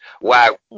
Wow